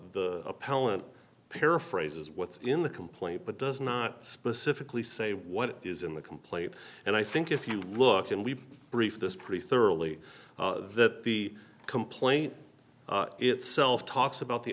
the appellant paraphrases what's in the complaint but does not specifically say what is in the complaint and i think if you look and we brief this pretty thoroughly that the complaint itself talks about the